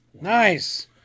nice